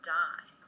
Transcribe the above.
die